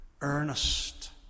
earnest